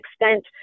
extent